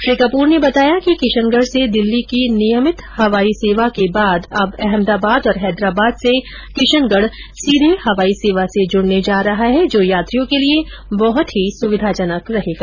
श्री कपूर ने बताया कि किशनगढ़ से दिल्ली की नियमित हवाई सेवा के बाद अब अहमदाबाद और हैदराबाद से किशनगढ़ सीधे हवाई सेवा से जुड़ने जा रहा है जो यात्रियों के लिए बहुत ही सुविधाजनक रहेगा